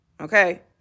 Okay